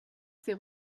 ces